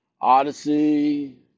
Odyssey